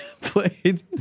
played